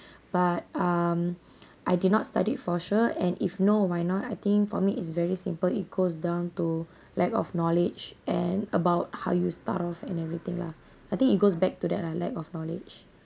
but um I did not studied for sure and if no why not I think for me it's very simple it goes down to lack of knowledge and about how you start off and everything lah I think it goes back to that ah lack of knowledge